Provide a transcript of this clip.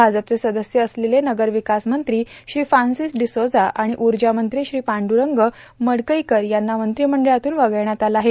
भाजपचे सदस्य असलेले नगर विकास मंत्री श्री फ्राब्सिस डीसोझा आणि ऊर्जामंत्री श्री पांड्ररंग मडकईकर यांना मंत्रिमंडळातून वगळण्यात आलं आहे